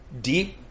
deep